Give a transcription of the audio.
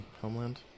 homeland